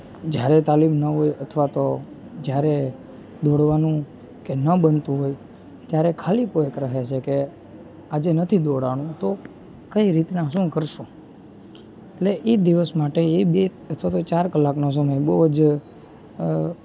જ્યારે તાલીમ ન હોય અથવા તો જ્યારે દોડવાનું કે ન બનતું હોય ત્યારે ખાલીપો એક રહે છે કે આજે નથી દોડાણું તો કઈ રીતના શું કરશું એટલે એ દિવસ માટે એ બે અથવા તો ચાર કલાકનો સમય બહુ જ